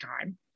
time